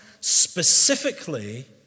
specifically